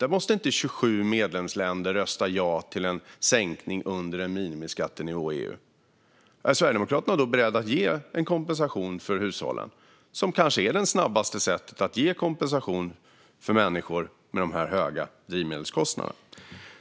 Där måste inte 27 medlemsländer rösta ja till en sänkning under en minimiskattenivå i EU. Är Sverigedemokraterna då beredda att ge en kompensation till hushållen? Det kanske är det snabbaste sättet att ge kompensation till människor med de höga drivmedelskostnaderna.